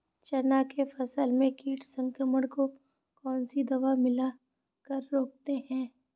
चना के फसल में कीट संक्रमण को कौन सी दवा मिला कर रोकते हैं?